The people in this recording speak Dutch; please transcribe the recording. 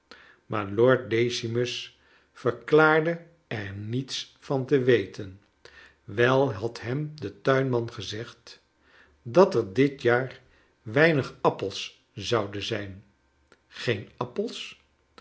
maar lord decimus verklaarde er niets van te weten wel had hem de tuinman gezegd dat er dit jaar weinig appels zouden zijn geen appels